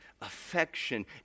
affection